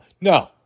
No